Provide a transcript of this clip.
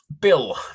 Bill